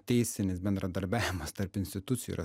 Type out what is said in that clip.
teisinis bendradarbiavimas tarp institucijų yra